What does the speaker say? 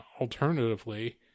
Alternatively